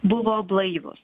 buvo blaivūs